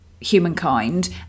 humankind